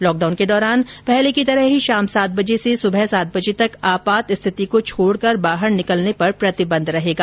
lockdown के दौरान पहले की तरह ही शाम सात बजे से सुबह सात बजे तक आपात स्थिति को छोडकर बाहर निकलने पर प्रतिबंध रहेगा